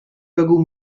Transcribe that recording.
بگو